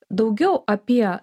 daugiau apie